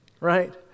right